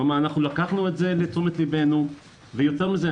לקחנו את זה לתשומת לבנו ויותר מזה,